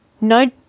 no